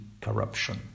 corruption